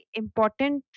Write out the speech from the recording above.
important